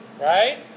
right